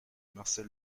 marcel